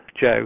Joe